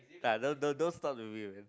ya don't don't don't stop the